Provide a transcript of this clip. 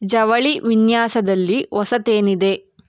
ಜವಳಿ ವಿನ್ಯಾಸದಲ್ಲಿ ಹೊಸತೇನಿದೆ